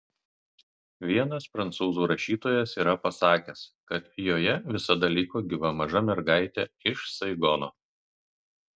vienas prancūzų rašytojas yra pasakęs kad joje visada liko gyva maža mergaitė iš saigono